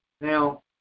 now